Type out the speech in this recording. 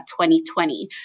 2020